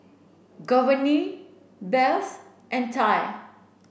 Giovanny Beth and Ty